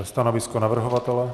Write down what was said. Stanovisko navrhovatele?